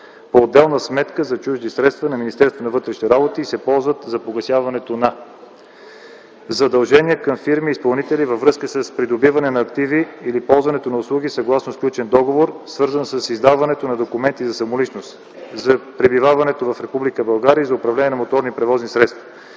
на вътрешните работи и се ползват за погасяването на: задължения към фирми-изпълнители във връзка с придобиване на активи или ползването на услуги съгласно сключен договор, свързан с издаването на документи за самоличност; за пребиваването в Република България; за управление на моторни превозни средства;